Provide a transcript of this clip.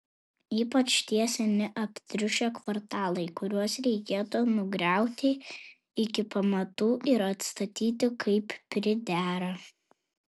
ypač tie seni aptriušę kvartalai kuriuos reikėtų nugriauti iki pamatų ir atstatyti kaip pridera